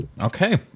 okay